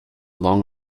long